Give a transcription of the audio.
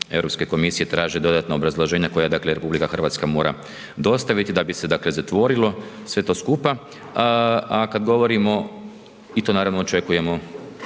EU komisije traže dodatna obrazloženja koja dakle, RH treba dostaviti da bi se zatvorilo sve to skupa, a kad govorimo i to naravno očekujemo